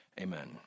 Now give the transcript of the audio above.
Amen